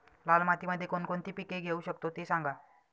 लाल मातीमध्ये कोणकोणती पिके घेऊ शकतो, ते सांगा